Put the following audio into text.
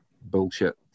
bullshit